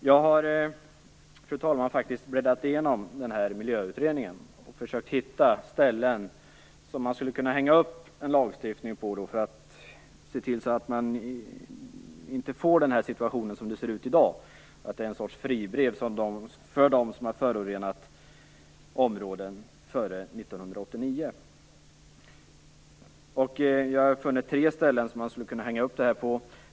Jag har, fru talman, bläddrat igenom Miljöbalksutredningen och försökt hitta ställen som man skulle kunna hänga upp en lagstiftning på för att se till att man inte får den situation som vi har i dag, med en sorts fribrev för dem som har förorenat områden före 1989. Jag har funnit tre ställen som man skulle kunna hänga upp det här på.